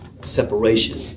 separation